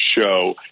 show